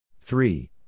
Three